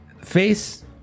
Face